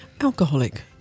alcoholic